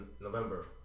November